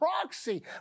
proxy